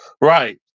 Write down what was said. Right